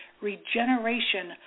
regeneration